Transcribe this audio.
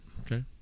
Okay